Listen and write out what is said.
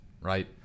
right